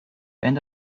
end